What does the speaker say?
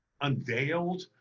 unveiled